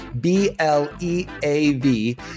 B-L-E-A-V